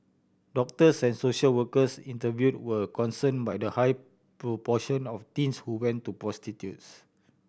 doctors and social workers interviewed were concern by the high proportion of teens who went to prostitutes